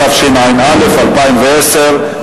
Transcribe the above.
התשע"א 2010,